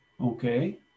Okay